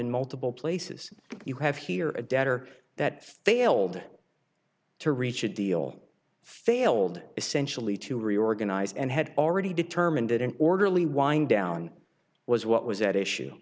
in multiple places you have here a debtor that failed to reach a deal failed essentially to reorganize and had already determined an orderly wind down was what was at issue